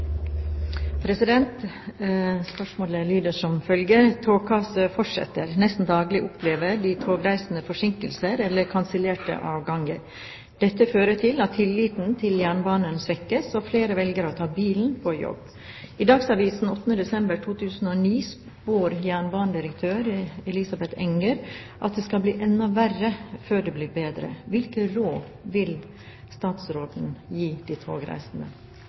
talerstolen. Spørsmålet lyder som følger: «Togkaoset fortsetter. Nesten daglig opplever de togreisende forsinkelser eller kansellerte avganger. Dette fører til at tilliten til jernbanen svekkes, og flere velger å ta bilen på jobb. I Dagsavisen 8. desember 2009 spår jernbanedirektør Elisabeth Enger at det blir enda verre før det blir bedre. Hvilke råd vil statsråden gi de togreisende?»